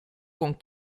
con